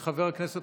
האם חבר הכנסת